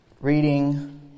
Reading